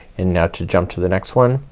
and now to jump to the next one.